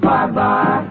Bye-bye